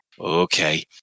Okay